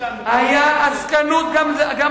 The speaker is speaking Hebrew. היה עסקנות, יוחנן, מה עם החברים שלך לסיעה?